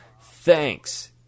Thanks